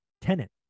tenant